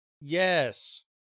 Yes